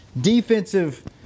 defensive